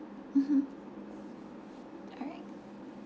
mmhmm alright